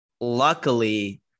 Luckily